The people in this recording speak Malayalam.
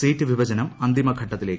സീറ്റ് വിഭജനം അന്തിമ ഘട്ടത്തിലേക്ക്